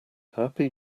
happy